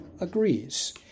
agrees